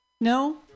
No